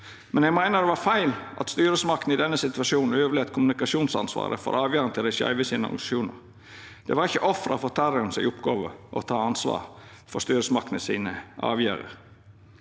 men eg meiner det var feil at styresmaktene i denne situasjonen overlét kommunikasjonsansvaret for avgjerda til dei skeive sine organisasjonar. Det var ikkje offera for terroren si oppgåve å ta ansvar for styresmaktene sine avgjerder.